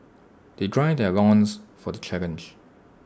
they gird their loins for the challenge